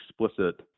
explicit